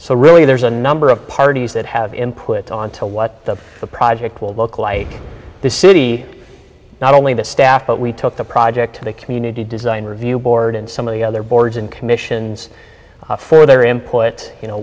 so really there's a number of parties that have input on to what the project will look like this city not only the staff but we took the project to the community design review board and some of the other boards and commissions for their input you know